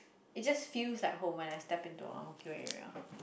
it's just feel like home when I step into ang-mo-kio area